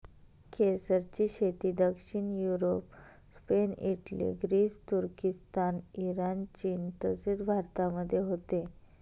केसरची शेती दक्षिण युरोप, स्पेन, इटली, ग्रीस, तुर्किस्तान, इराण, चीन तसेच भारतामध्ये होते